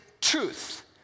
truth